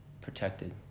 protected